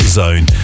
zone